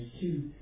two